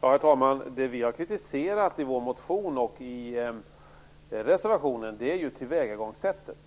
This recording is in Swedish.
Herr talman! Det vi har kritiserat i vår motion, och även i reservationen, är tillvägagångssättet.